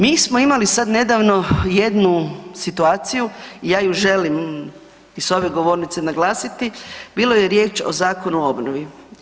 Mi smo imali sad nedavno jednu situaciju, ja ju želim i s ove govornice naglasiti, bilo je riječi o Zakonu o obnovi.